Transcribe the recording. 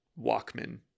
Walkman